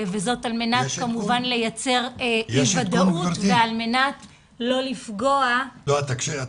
וזאת על מנת לייצר ודאות ועל מנת לא לפגוע --- יש עדכון?